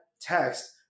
text